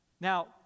now